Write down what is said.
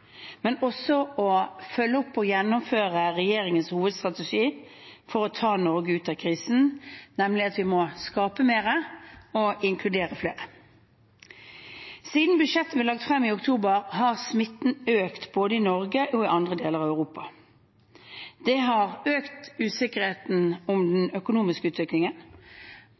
å følge opp og gjennomføre regjeringens hovedstrategi for å ta Norge ut av krisen, nemlig at vi må skape mer og inkludere flere. Siden budsjettet ble lagt frem i oktober, har smitten økt både i Norge og i andre deler av Europa. Det har økt usikkerheten om den økonomiske utviklingen